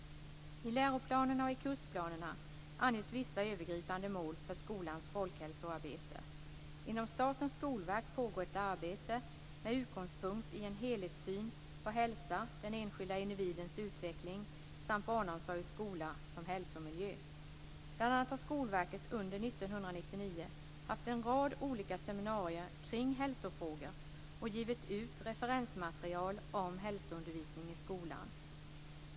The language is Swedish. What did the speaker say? I läroplanerna och i kursplanerna anges vissa övergripande mål för skolans folkhälsoarbete. Inom Statens skolverk pågår ett arbete med utgångspunkt i en helhetssyn på hälsa, den enskilda individens utveckling samt barnomsorg och skola som hälsomiljö. Bl.a. har Skolverket under 1999 haft en rad olika seminarier kring hälsofrågor och givit ut referensmaterial om hälsoundervisning i skolan.